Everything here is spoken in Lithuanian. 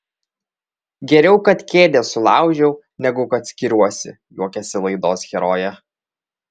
geriau kad kėdę sulaužiau negu kad skiriuosi juokėsi laidos herojė